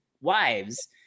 Wives